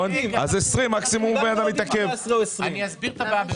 אז 2020. אני אסביר את הבעיה ב-או או.